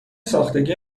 ساختگی